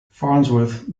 farnsworth